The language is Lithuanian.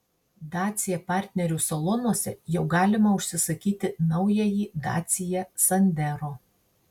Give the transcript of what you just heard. dacia partnerių salonuose jau galima užsisakyti naująjį dacia sandero